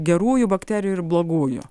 gerųjų bakterijų ir blogųjų